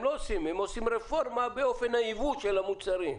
הם עושים רפורמה באופן הייבוא של המוצרים.